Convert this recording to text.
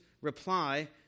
reply